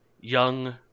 young